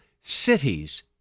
cities